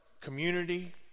community